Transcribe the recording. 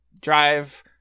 drive